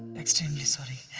extremely sorry.